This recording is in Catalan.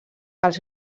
els